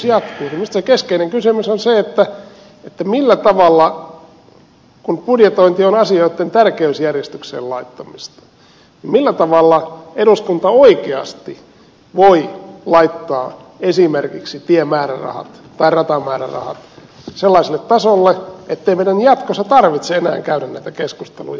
minusta se keskeinen kysymys on se millä tavalla kun budjetointi on asioitten tärkeysjärjestykseen laittamista eduskunta oikeasti voi laittaa esimerkiksi tiemäärärahat tai ratamäärärahat sellaiselle tasolle ettei meidän jatkossa tarvitse enää käydä näitä keskusteluja